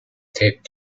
taped